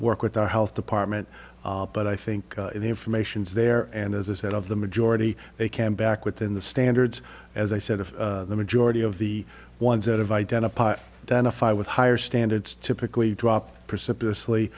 work with our health department but i think the information's there and as head of the majority they can back within the standards as i said of the majority of the ones that have identified than a five with higher standards typically drop precipitously